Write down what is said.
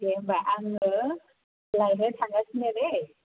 दे होनबा आङो लायनो थांगासिनो दै